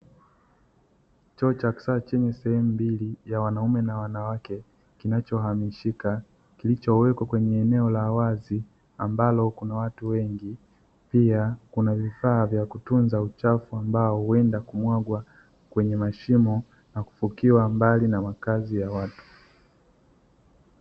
Choo cha kusaa chini sehemu mbili ya wanaume na wanawake kinachohamishika, kilichowekwa kwenye eneo la wazi ambalo kuna watu wengi, pia kuna vifaa vya kutunza uchafu ambao huenda kumwagwa kwenye mashimo na kufukiwa mbali na makazi ya watu.